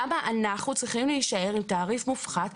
למה אנחנו צריכים להישאר עם תעריף מופחת,